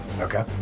Okay